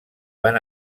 van